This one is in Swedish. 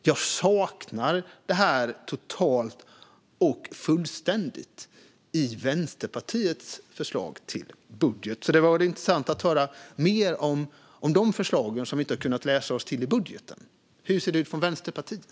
Jag saknar det här totalt och fullständigt i Vänsterpartiets förslag till budget. Det vore intressant att få höra mer om de förslagen som vi inte har kunnat läsa oss till i budgeten. Hur ser det ut från Vänsterpartiet?